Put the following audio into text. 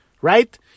right